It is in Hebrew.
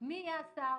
היום זה משהו שנראה